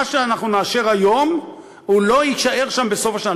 מה שאנחנו נאשר היום לא יישאר שם בסוף השנה,